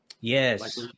Yes